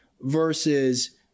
versus